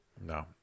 No